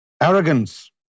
Arrogance